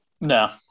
No